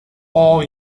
all